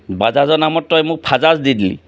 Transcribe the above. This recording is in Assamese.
বাজাজৰ নামত তই মোক ফাজাজ দি দিলি